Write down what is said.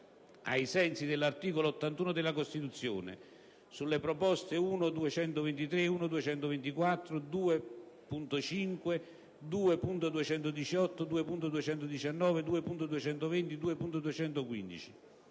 ai sensi dell'articolo 81 della Costituzione, sulle proposte 1.223, 1.224, 2.5, 2.218, 2.219, 2.220, 2.215.